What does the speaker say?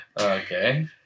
Okay